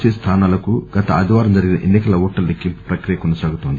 C స్థానాలకు గత ఆదివారం జరిగిన ఎన్నికల ఓట్ల లెక్కింపు ప్రక్రియ కొనసాగుతోంది